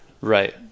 Right